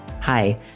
Hi